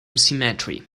cemetery